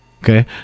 Okay